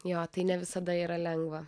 jo tai ne visada yra lengva